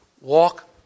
walk